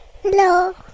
hello